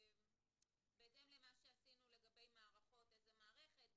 בהתאם למה שעשינו לגבי מערכות איזה מערכת,